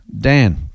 Dan